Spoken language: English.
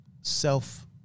Self